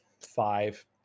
five